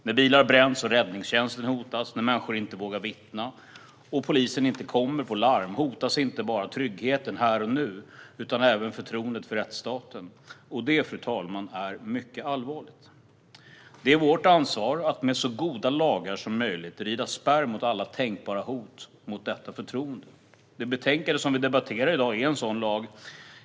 När bilar bränns och räddningstjänsten hotas, när människor inte vågar vittna och polisen inte kommer på larm hotas inte bara tryggheten här och nu utan även förtroendet för rättsstaten. Det, fru talman, är mycket allvarligt. Det är vårt ansvar att med så goda lagar som möjligt rida spärr mot alla tänkbara hot mot detta förtroende. Det betänkande som vi debatterar i dag föreslår en sådan lag.